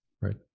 Right